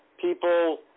people